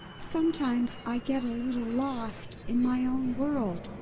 sometimes i get a little lost in my own world.